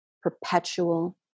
Perpetual